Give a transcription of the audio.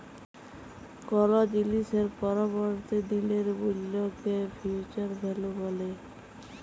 call জিলিসের পরবর্তী দিলের মূল্যকে ফিউচার ভ্যালু ব্যলে